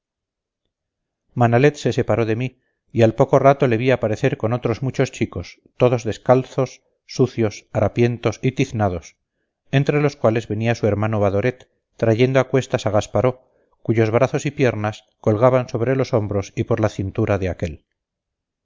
manalet se separó de mí y al poco rato le vi aparecer con otros muchos chicos todos descalzos sucios harapientos y tiznados entre los cuales venía su hermano badoret trayendo a cuestas a gasparó cuyos brazos y piernas colgaban sobre los hombros y por la cintura de aquel